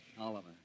Oliver